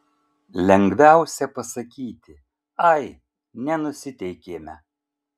lengviausia pasakyti ai nenusiteikėme